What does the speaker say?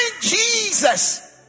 Jesus